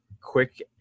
quick